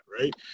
right